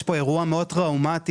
יש פה אירוע מאוד טראומתי,